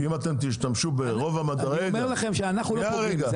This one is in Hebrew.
כי אם אתם תשתמשו ברוב --- אני אומר לכם שאנחנו לא פוגעים,